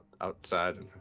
outside